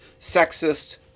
sexist